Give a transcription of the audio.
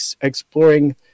exploring